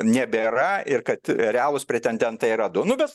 nebėra ir kad realūs pretendentai yra du nu bet